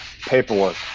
paperwork